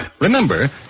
Remember